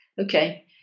Okay